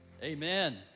Amen